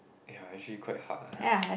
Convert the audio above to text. ya actually quite hard lah